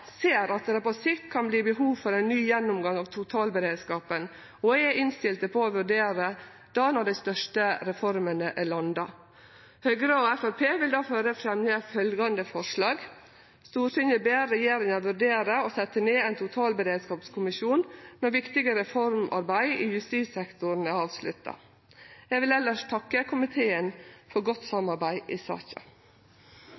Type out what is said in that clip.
ser òg at det på sikt kan verte behov for ein ny gjennomgang av totalberedskapen, og er innstilte på å vurdere det når dei største reformene er landa. Høgre og Framstegspartiet vil difor fremje følgjande forslag: «Stortinget ber regjeringa vurdere å sette ned ein totalberedskapskommisjon når viktige reformarbeid i justissektoren er avslutta.» Eg vil elles takke komiteen for godt